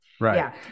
right